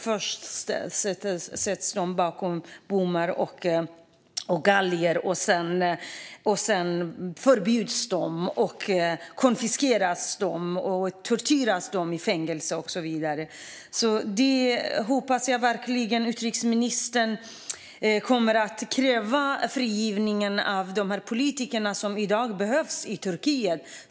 Först sätts de bakom bommar och galler, och sedan förbjuds partiet. De grips och torteras i fängelser och så vidare. Jag hoppas verkligen att utrikesministern kommer att kräva frigivning av de politiker som i dag behövs i Turkiet.